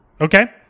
okay